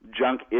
junk